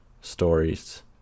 stories